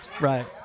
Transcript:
right